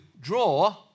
draw